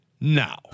now